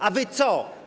A wy co?